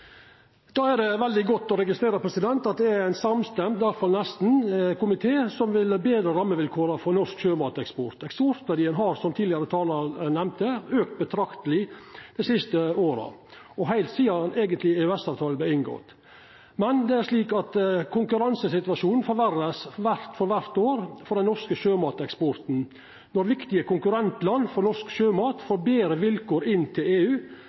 er det veldig godt å registrera at det er ein samstemd – iallfall nesten – komité som vil betra rammevilkåra for norsk sjømateksport. Eksportverdien har, som ein tidlegare talar nemnde, auka betrakteleg dei siste åra, eigentleg heilt sidan EØS-avtalen vart inngått. Men konkurransesituasjonen vert forverra for kvart år for den norske sjømateksporten, når viktige konkurrentland for norsk sjømat får betre vilkår inn til EU